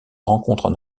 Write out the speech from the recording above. rencontrent